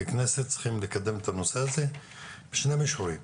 ככנסת צריכים לקדם את הנושא הזה בשני מישורים,